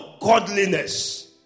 godliness